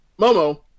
Momo